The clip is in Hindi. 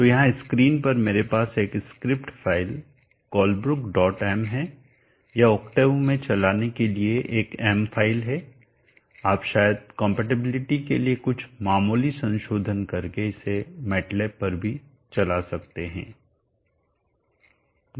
तो यहां स्क्रीन पर मेरे पास एक script file Colebrook dot m Colebrookm है यह ऑक्टेव में चलाने के लिए एक m फ़ाइल है आप शायद कंपैटिबिलिटी के लिए कुछ मामूली संशोधन करके इसे मैटलैब पर भी चला सकते हैं